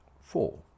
four